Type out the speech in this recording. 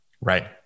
Right